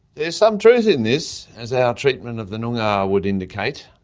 is some truth in this, as our treatment of the noongar would indicate,